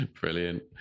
brilliant